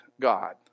God